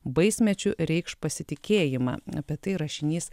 baismečiu reikš pasitikėjimą apie tai rašinys